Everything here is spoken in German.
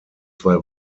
zwei